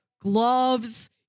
gloves